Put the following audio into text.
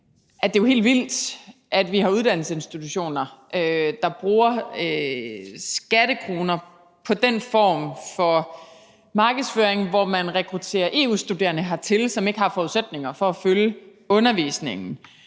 det er helt vildt, at vi har uddannelsesinstitutioner, der bruger skattekroner på den form for markedsføring, hvor man rekrutterer EU-studerende hertil, som ikke har forudsætninger for at følge undervisningen.